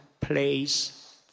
place